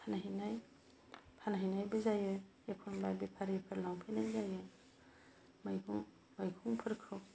फानहैनाय फानहैनायबो जायो एखमब्ला बेफारिफोर लांफैनाय जायो मैगं मैगंफोरखौ